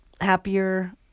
happier